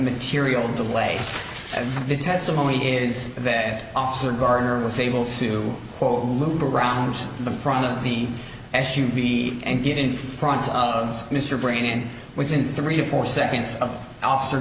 material delay and the testimony is that officer gardner was able to quote move around the front of the s u v and get in front of mr breen and within three to four seconds of officer